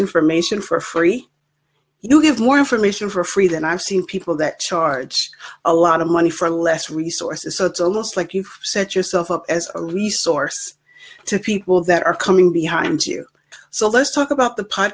information for free you give more information for free than i've seen people that charge a lot of money for less resources so it's almost like you've set yourself up as a resource to people that are coming behind you so let's talk about the p